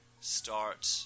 start